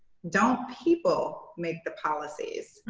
don't people make the policies?